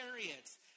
chariots